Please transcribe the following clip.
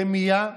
רמייה,